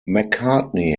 mccartney